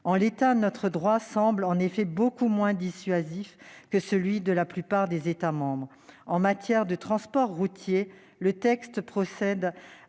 Aujourd'hui, notre droit semble en effet beaucoup moins dissuasif que celui de la plupart des États membres. En matière de transport routier, le texte procède